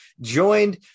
joined